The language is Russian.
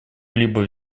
либо